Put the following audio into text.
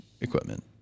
equipment